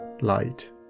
light